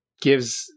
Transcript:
gives